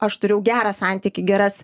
aš turėjau gerą santykį geras